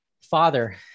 Father